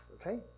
okay